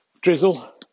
Drizzle